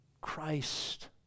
Christ